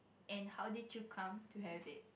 and how did you come to have it